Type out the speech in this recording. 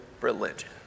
religion